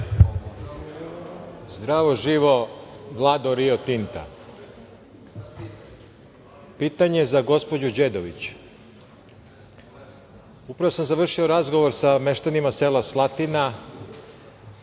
Zdravo živo, Vlado Ria Tinta. Pitanje je za gospođu Đedović. Upravo sam završio razgovor sa meštanima sela Slatina,